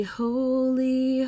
holy